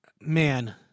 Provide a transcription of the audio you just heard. man